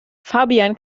fabian